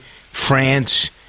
France